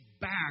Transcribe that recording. back